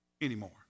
anymore